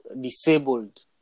disabled